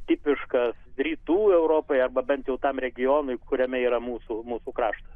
tipiškas rytų europoj arba bent jau tam regionui kuriame yra mūsų mūsų kraštas